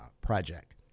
Project